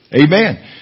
Amen